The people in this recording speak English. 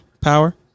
power